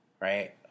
Right